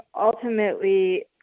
ultimately